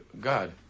God